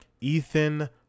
Ethan